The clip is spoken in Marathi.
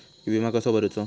विमा कसो भरूचो?